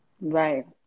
right